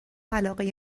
علاقه